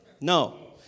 No